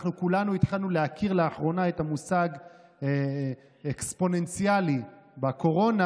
אנחנו כולנו התחלנו להכיר לאחרונה את המושג אקספוננציאלי בקורונה,